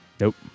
Nope